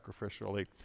sacrificially